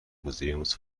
museums